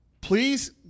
please